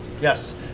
Yes